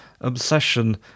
obsession